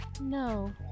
No